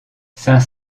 saint